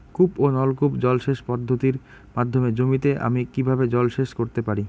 কূপ ও নলকূপ জলসেচ পদ্ধতির মাধ্যমে জমিতে আমি কীভাবে জলসেচ করতে পারি?